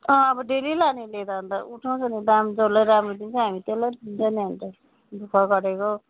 अँ अब डेली लानेले त अन्त उठाउँछ नि दाम जसले राम्रो दिन्छ हामी त्यसलाई त दिन्छ नि अन्त दुःख गरेको